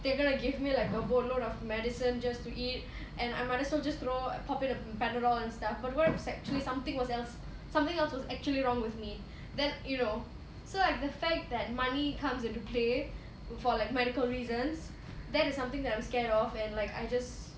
they're going to give me like a boat load of medicine just to eat and I might as well just throw pop in a panadol and stuff but what if it's actually something was else something else was actually wrong with me then you know so like the fact that money comes into play for like medical reasons that is something that I'm scared of and like I just